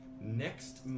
Next